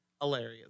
Hilarious